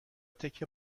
تکه